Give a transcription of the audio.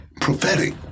prophetic